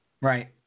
Right